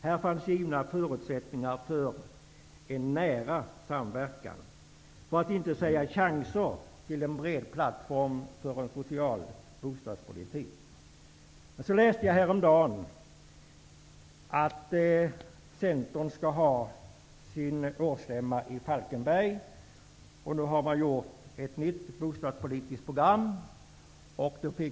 Här fanns givna förutsättningar för en nära samverkan, för att inte säga chanser till en bred plattform för en social bostadspolitik. Sedan läste jag häromdagen att Centern skall ha sin årsstämma i Falkenberg och att man har utarbetat ett nytt bostadspolitiskt program.